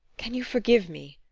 can you forgive me?